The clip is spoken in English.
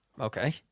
Okay